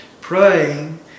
praying